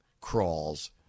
crawls